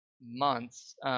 months